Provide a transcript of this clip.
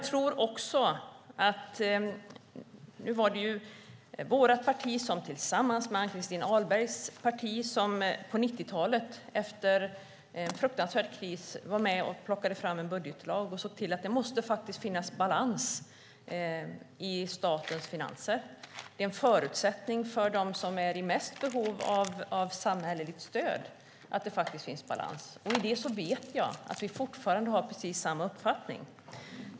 Det var ju vårt parti som tillsammans med Ann-Christin Ahlbergs som på 90-talet, efter en fruktansvärd kris, var med och plockade fram en budgetlag och såg till att det måste finnas balans i statens finanser. Det är en förutsättning för dem som är i störst behov av samhälleligt stöd att det finns balans. Jag vet att vi fortfarande har precis samma uppfattning om det.